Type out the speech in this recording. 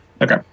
Okay